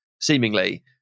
seemingly